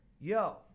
Yo